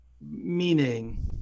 meaning